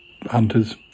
hunters